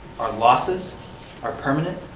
our losses are permanent